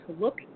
look